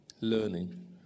Learning